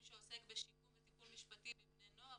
שעוסק בשיקום וטיפול משפטי בבני נוער,